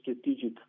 strategic